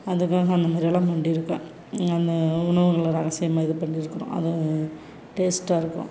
அதுக்காக அந்தமாதிரியெல்லாம் பண்ணிருக்கேன் அந்த உணவுகளை ரகசியமாக இது பண்ணிருக்கிறோம் அது டேஸ்ட்டாக இருக்கும்